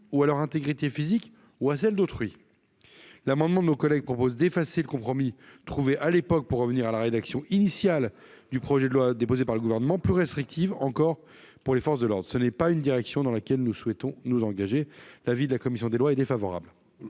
ou à leur intégrité physique ou à celles d'autrui ». Cet amendement tend à effacer le compromis trouvé à l'époque, pour revenir à la rédaction initiale du projet de loi déposé par le Gouvernement, plus restrictive encore pour les forces de l'ordre. Ce n'est pas la direction dans laquelle nous souhaitons nous engager ; l'avis de la commission est défavorable.